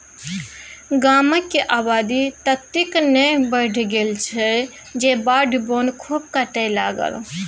गामक आबादी ततेक ने बढ़ि गेल जे बाध बोन खूब कटय लागल